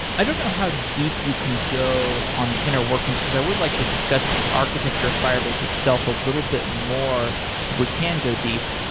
i don't know how deep you can go on the inner workings, because i would like to discuss the architecture of firebase itself a little bit more if we can go deep.